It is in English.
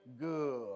good